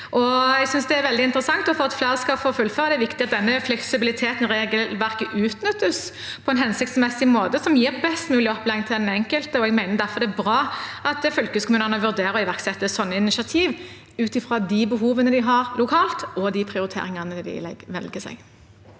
For at flere skal fullføre, er det viktig at denne fleksibiliteten i regelverket utnyttes på en hensiktsmessig måte som gir best mulig opplæring til den enkelte. Jeg mener derfor det er bra at fylkeskommunene vurderer å iverksette slike initiativ ut fra de behovene de har lokalt, og de prioriteringene de velger.